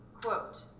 quote